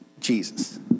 Jesus